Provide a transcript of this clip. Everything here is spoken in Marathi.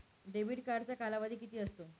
डेबिट कार्डचा कालावधी किती असतो?